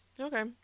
Okay